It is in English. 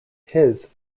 his